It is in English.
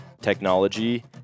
technology